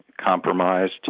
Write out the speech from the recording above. compromised